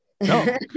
No